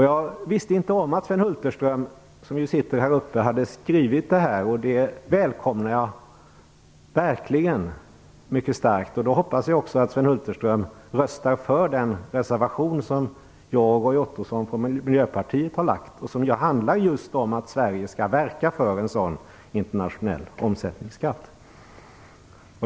Jag visste inte tidigare att Sven Hulterström hade skrivit om detta, och jag välkomnar det verkligen mycket starkt. Jag hoppas att Sven Hulterström röstar för den reservation som jag och Roy Ottosson från Miljöpartiet har avgivit och som handlar just om att Sverige skall verka för en internationell omsättningsskatt.